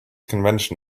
convention